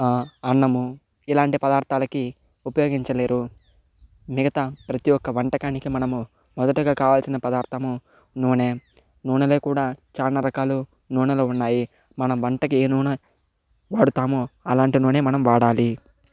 అన్నము ఇలాంటి పదార్థాలకి ఉపయోగించలేరు మిగతా ప్రతి ఒక్క వంటకానికి మనము మొదటగా కావాల్సిన పదార్థము నూనె నూనెలో కూడా చాలా రకాలు నూనెలో ఉన్నాయి మన వంటకి ఏ నూనె వాడుతాము అలాంటి నూనె మనం వాడాలి